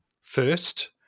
first